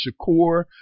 Shakur